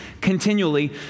continually